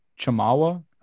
Chamawa